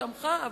תמכה,